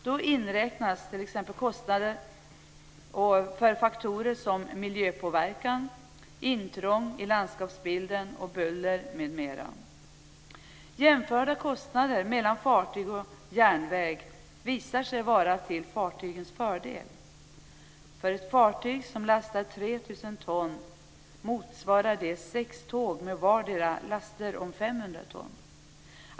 Då inkluderas kostnader för faktorer som miljöpåverkan, intrång i landskapsbilden, buller m.m. En jämförelse mellan kostnader för fartyg och andra transportmedel utfaller till fartygens fördel. Ett fartyg som lastar 3 000 ton motsvarar sex tåg som vartdera lastar 500 ton.